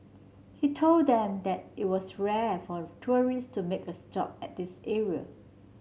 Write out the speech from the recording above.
he told them that it was rare for tourist to make a stop at this area